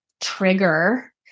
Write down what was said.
trigger